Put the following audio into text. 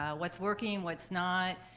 ah what's working what's not?